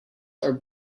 are